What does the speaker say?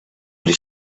does